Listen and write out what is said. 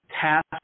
task